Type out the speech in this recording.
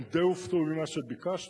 הם די הופתעו ממה שביקשתי.